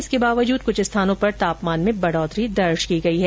इसके बावजूद कुछ स्थानों पर तापमान में बढोतरी दर्ज की गयी है